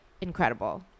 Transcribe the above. incredible